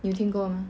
你有听过吗